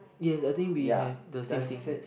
yes I think we have the same thing yes